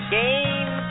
game